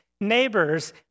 neighbors